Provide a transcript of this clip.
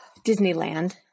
disneyland